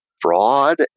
fraud